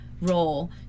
role